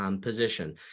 position